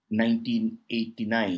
1989